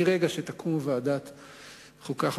מרגע שתקום ועדת החוקה,